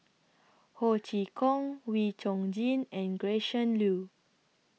Ho Chee Kong Wee Chong Jin and Gretchen Liu